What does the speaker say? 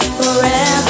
forever